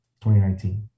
2019